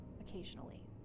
occasionally